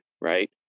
right